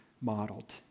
modeled